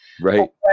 Right